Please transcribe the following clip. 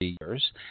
Years